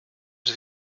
was